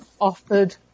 offered